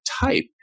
type